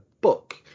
book